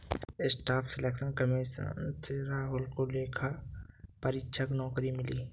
staff selection commission से राहुल को लेखा परीक्षक नौकरी मिली